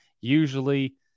usually